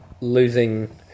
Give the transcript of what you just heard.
losing